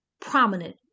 prominent